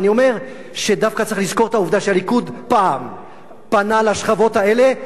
אבל אני אומר שדווקא צריך לזכור את העובדה שהליכוד פעם פנה לשכבות האלה.